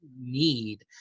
Need